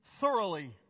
thoroughly